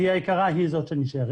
היא היקרה והיא זו שנשארת.